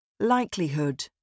Likelihood